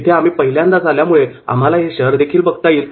इथे आम्ही पहिल्यांदाच आल्यामुळे आम्हाला हे शहर देखील बघता येईल